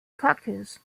focus